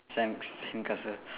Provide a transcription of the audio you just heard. sand sand~ sandcastle